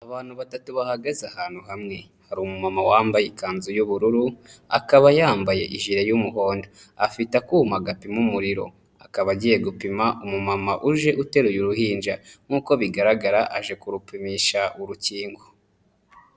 Abantu batatu bahagaze ahantu hamwe, hari umuma wambaye ikanzu y'ubururu, akaba yambaye akajiri y'umuhondo, afite akuma gapima umuriro, akaba agiye gupima umumama uje uteruye uruhinja, nkuko bigaragara aje kurupimisha urukingo.